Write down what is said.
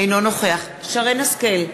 אינו נוכח שרן השכל,